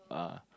ah